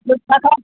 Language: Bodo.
दस थाखा